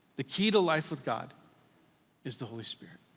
the key to life with god is the holy spirit.